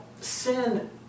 sin